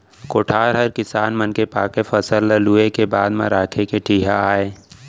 कोठार हर किसान मन के पाके फसल ल लूए के बाद म राखे के ठिहा आय